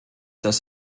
das